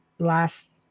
last